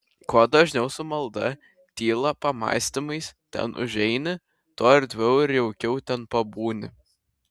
kuo dažniau su malda tyla pamąstymais ten užeini tuo erdviau ir jaukiau ten pabūni